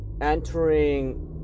entering